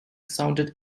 sounded